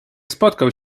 spotkał